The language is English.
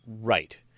Right